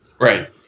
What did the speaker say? right